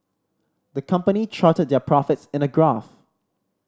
the company charted their profits in a graph